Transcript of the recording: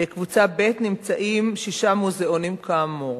בקבוצה ב' נמצאים שישה מוזיאונים, כאמור: